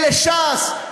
אלה ש"ס,